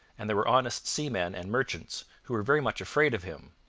and there were honest seamen and merchants who were very much afraid of him,